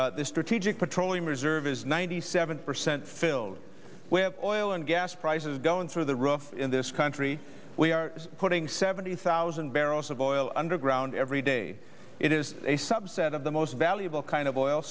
the strategic petroleum reserve is ninety seven percent filled with oil and gas prices going through the rough in this country we are putting seventy thousand barrels of oil underground every day it is a subset of the most valuable kind of oil